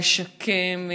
לשקם,